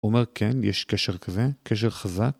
אומר כן, יש קשר כזה, קשר חזק.